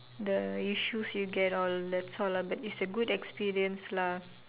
the issues you get all that's all but it's a good experience lah